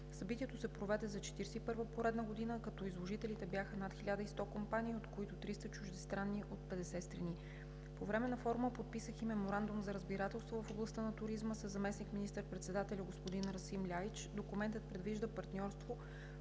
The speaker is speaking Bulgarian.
Събитието се проведе за 41-а поредна година, като изложителите бяха над 1100 компании, от които 300 чуждестранни, от 50 страни. По време на форума подписах и Меморандум за разбирателство в областта на туризма със заместник министър-председателя господин Расим Ляич. Документът предвижда партньорство